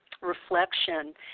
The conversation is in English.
reflection